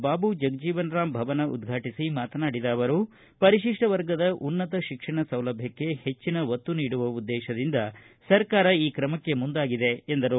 ಬಾಬು ಜಗಜೀವನರಾಂ ಭವನ ಉದ್ಘಾಟಿಸಿ ಮಾತನಾಡಿದ ಅವರು ಪರಿಶಿಷ್ಟ ವರ್ಗದ ಉನ್ನತ ಶಿಕ್ಷಣ ಸೌಲಭ್ಯಕ್ಷೆ ಹೆಚ್ಚನ ಒತ್ತು ನೀಡುವ ಉದ್ದೇಶದಿಂದ ಸರ್ಕಾರ ಈ ಕ್ರಮಕ್ಕೆ ಮುಂದಾಗಿದೆ ಎಂದರು